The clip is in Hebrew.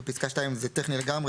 בפסקה (2), השינוי הוא טכני לגמרי.